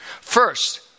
First